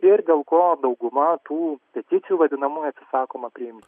ir dėl ko dauguma tų peticijų vadinamųjų atsisakoma priimti